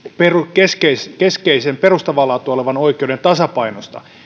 keskeisen perustavaa laatua olevan oikeuden tasapainosta